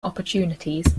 opportunities